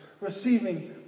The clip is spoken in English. receiving